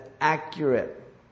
accurate